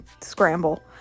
scramble